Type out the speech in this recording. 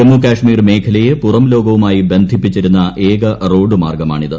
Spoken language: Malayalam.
ജമ്മു കാശ്മീർ മേഖലയെ പുറം ലോകവുമായി ബന്ധിച്ചിരുന്ന ഏക റോഡുമാർഗമാണിത്